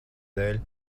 dēļ